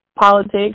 politics